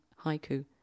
haiku